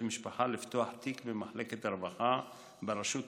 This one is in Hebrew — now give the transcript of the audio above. המשפחה לפתוח תיק במחלקת הרווחה ברשות המקומית,